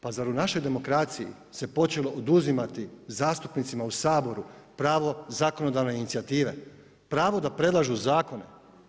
Pa zar u našoj demokraciji se počelo oduzimati zastupnicima u Saboru pravo zakonodavne inicijative, pravo da predlaže zakone?